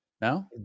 No